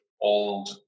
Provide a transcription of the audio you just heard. old